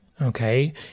Okay